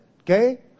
Okay